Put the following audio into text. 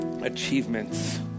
achievements